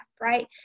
right